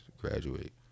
graduate